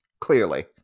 Clearly